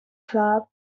club